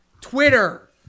Twitter